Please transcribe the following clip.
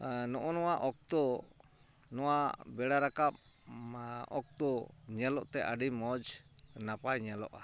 ᱱᱚᱜᱼᱚ ᱱᱚᱣᱟ ᱚᱠᱛᱚ ᱱᱚᱣᱟ ᱵᱮᱲᱟ ᱨᱟᱠᱟᱯ ᱚᱠᱛᱚ ᱧᱮᱞᱚᱜᱛᱮ ᱟᱹᱰᱤ ᱢᱚᱡᱽ ᱱᱟᱯᱟᱭ ᱧᱮᱞᱚᱜᱼᱟ